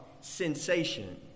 sensation